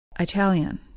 Italian